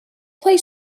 play